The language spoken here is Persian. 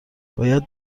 باید